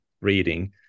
reading